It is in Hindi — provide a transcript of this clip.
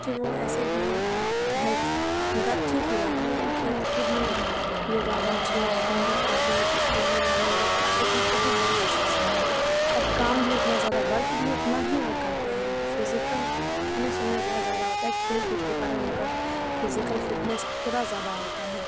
कि वह ऐसे भी हेल्थ उनका ठीक ही रहेगा लेकिन खेत कूद में ये ज़्यादा अच्छे रहते हैं खेलते हैं कूदते हैं ग्रामीण लोग खाते पीते भी बहुत अच्छे से हैं और काम भी उतना ज़्यादा वर्क भी उतना ही वे करते हैं कि फिज़िकल फिटनेस उनमें बहुत ज़्यादा होती है खेल कूद के कारण उनकी फिज़िकल फिटनेस थोड़ी ज़्यादा होती है